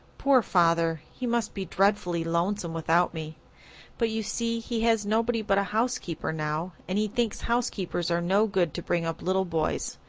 poor father, he must be dreadfully lonesome without me but you see he has nobody but a housekeeper now and he thinks housekeepers are no good to bring up little boys,